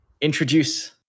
introduce